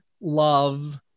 loves